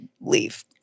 leave